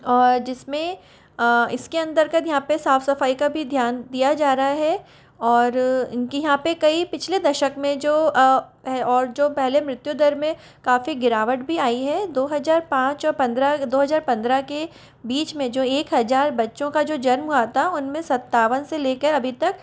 और जिस में इस के अंदर का यहाँ पर साफ़ सफ़ाई का भी ध्यान दिया जा रहा है और इन के यहाँ पर कई पिछले दशक में जो और जो पहले मृत्युदर में काफ़ी गिरावट भी आई है दो हज़ार पाँच और पंद्रह दो हज़ार पंद्रह के बीच में जो एक हज़ार बच्चों का जो जन्म हुआ था उन में सत्तावन से ले कर अभी तक